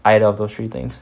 either of those three things